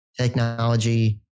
technology